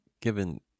given